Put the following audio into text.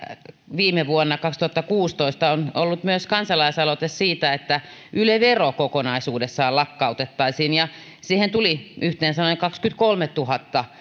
viime vuonna kaksituhattakuusitoista on ollut myös kansalaisaloite siitä että yle vero kokonaisuudessaan lakkautettaisiin siihen tuli yhteensä noin kaksikymmentäkolmetuhatta